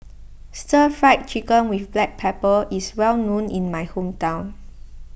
Stir Fried Chicken with Black Pepper is well known in my hometown